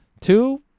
Two